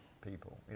people